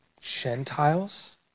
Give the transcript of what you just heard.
Gentiles